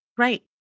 Right